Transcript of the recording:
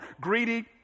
greedy